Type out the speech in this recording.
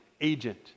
agent